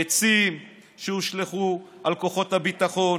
ביצים שהושלכו על כוחות הביטחון,